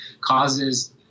causes